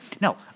no